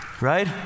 right